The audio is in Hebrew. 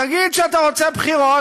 תגיד שאתה רוצה בחירות,